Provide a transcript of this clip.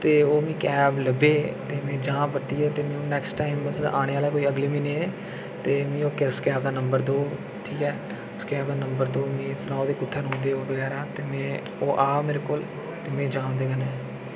ते ओह् मिगी कैब लब्भै ते में जां परतियै ते मिकी नैक्सट टाइम बस औने आह्ले अगले म्हीने ते मी उस कैब दा नंबर देओ ठीक ऐ उस कैब दा नंबर देओ मिकी सनाओ कुत्थै रौंह्दे ओह् बगैरा ते में ओह् आ मेरे कोल ते में जां उं'दे कन्नै